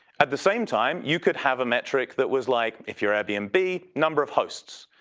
at the same time, you could have a metric that was like, if you're air bnb number of hosts.